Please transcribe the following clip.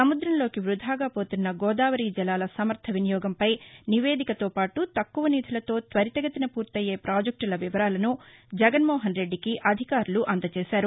సముద్రంలోకి వృథాగా పోతున్న గోదావరి జలాల సమర్గ వినియోగంపై నివేదికతో పాటు తక్కువ నిధులతో త్వరితగతిన పూర్తయ్యే పాజెక్టుల వివరాలను జగన్మోహన్ రెడ్డికి అధికారులు అందజేశారు